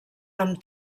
amb